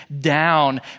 down